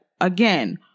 again